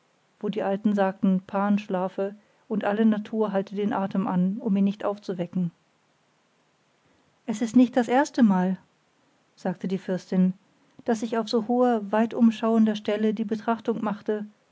wo die alten sagten pan schlafe und alle natur halte den atem an um ihn nicht aufzuwecken es ist nicht das erstemal sagte die fürstin daß ich auf so hoher weitumschauender stelle die betrachtung machte